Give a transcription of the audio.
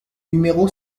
numéro